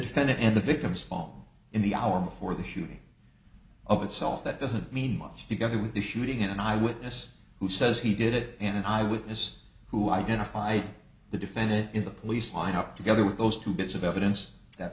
defendant and the victim's fault in the hour before the shooting of itself that doesn't mean much together with the shooting in an eyewitness who says he did it in an eyewitness who identified the defendant in the police lineup together with those two bits of evidence that